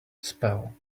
spell